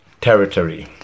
territory